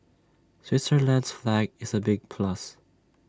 Switzerland's flag is A big plus